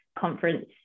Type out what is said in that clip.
conference